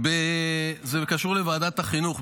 ----- זה קשור לוועדת החינוך,